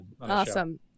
awesome